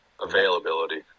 Availability